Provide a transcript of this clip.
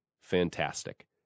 fantastic